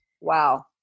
Wow